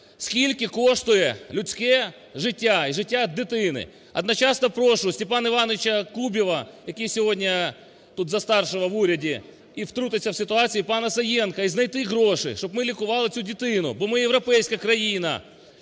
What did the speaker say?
скільки коштує людське життя і життя дитини? Одночасно прошу Степана Івановича Кубіва, який сьогодні тут за старшого в уряді. І втрутитися в ситуацію пана Саєнка, і знайти гроші, щоб ми лікували цю дитину, бо ми – європейська країна,